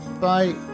Bye